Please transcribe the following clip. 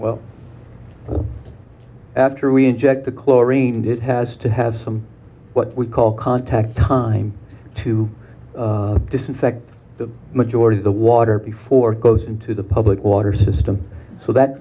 well after we inject the chlorine and it has to have some what we call contact time to disinfect the majority of the water before it goes into the public water system so that